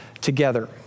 together